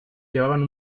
llevaban